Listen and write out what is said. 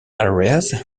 areas